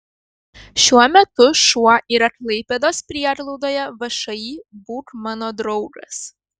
šiuo metu šuo yra klaipėdos prieglaudoje všį būk mano draugas